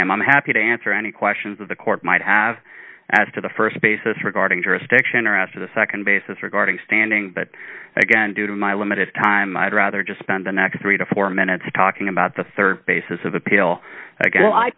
lamb i'm happy to answer any questions of the court might have as to the st basis regarding jurisdiction or after the nd basis regarding standing but again due to my limited time i'd rather just spend the next three to four minutes talking about the rd basis of appeal